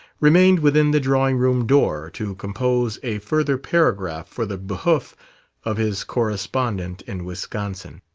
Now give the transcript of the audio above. remained within the drawing-room door to compose a further paragraph for the behoof of his correspondent in wisconsin